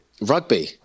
Rugby